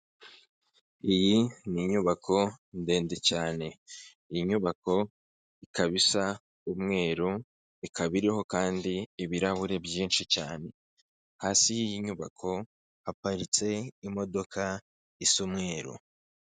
Iyi ni inyubako ndende cyane iyi nyubako ikaba isa umweru ikaba iriho kandi ibirahuri byinshi cyane hasi yiyi nyubako haparitse imodoka isa umweru.